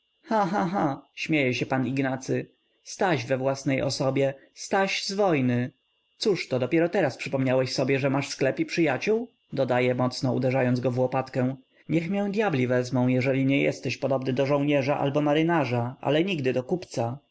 cha śmieje się p ignacy staś we własnej osobie staś z wojny cóżto dopiero teraz przypomniałeś sobie że masz sklep i przyjaciół dodaje mocno uderzając go w łopatkę niech mię djabli wezmą jeżeli nie jesteś podobny do żołnierza albo marynarza ale nigdy do kupca